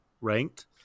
ranked